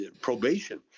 probation